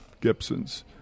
Gibson's